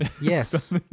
Yes